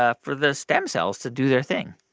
ah for the stem cells to do their thing